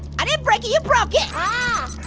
i didn't break it, you broke it! ah